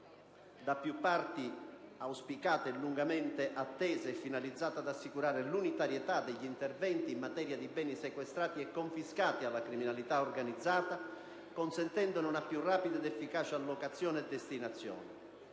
da più parti auspicata e lungamente attesa - è finalizzata ad assicurare l'unitarietà degli interventi in materia di beni sequestrati e confiscati alla criminalità organizzata, consentendone una più rapida ed efficace allocazione e destinazione.